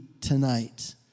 tonight